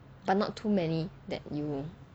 but not too many that you